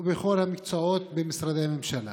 ובכל המקצועות במשרדי הממשלה.